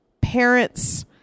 parents